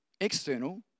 external